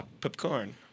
Popcorn